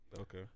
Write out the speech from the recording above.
Okay